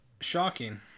shocking